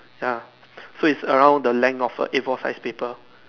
ya so it's around the leg of a A four size paper